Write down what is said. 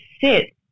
sit